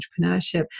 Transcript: entrepreneurship